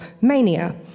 mania